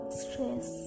stress